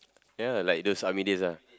ya like those army days ah